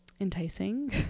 enticing